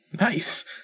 Nice